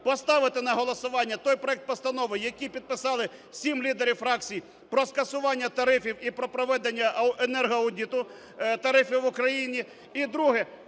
поставити на голосування той проект постанови, який підписали сім лідерів фракцій: про скасування тарифів і про проведення енергоаудиту тарифів в Україні.